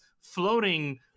floating